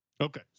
Okay